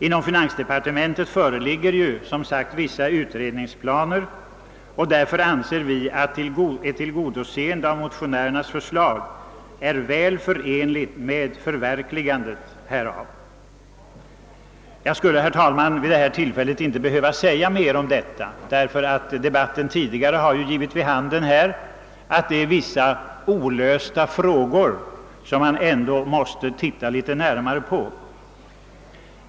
I finansdepartementet har man som sagt också vissa utredningsplaner, och vi anser att ett tillgodoseende av motionärernas förslag är väl förenligt med de planernas förverkligande. Jag skulle inte behöva säga mera om detta nu, eftersom den tidigare debat ten har givit vid handen att det finns vissa olösta frågor som man ändå måste se litet närmare på.